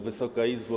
Wysoka Izbo!